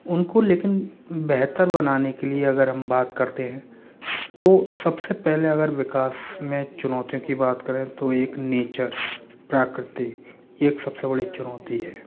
उनको लेकिन बेहतर बनाने के लिए अगर हम बात करते हैं तो सबसे पहले अगर विकास में चुनौतियों की बात करें तो एक नेचर प्राकृतिक यह एक सबसे बड़ी चुनौती है